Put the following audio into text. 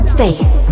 faith